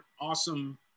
awesome